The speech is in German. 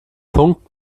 punkt